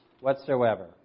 whatsoever